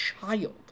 child